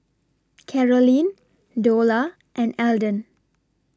Carolyn Dola and Eldon